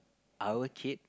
our kid